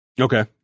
Okay